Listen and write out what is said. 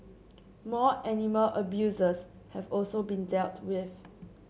more animal abusers have also been dealt with